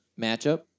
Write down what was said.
matchup